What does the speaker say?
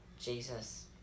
Jesus